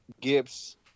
Gibbs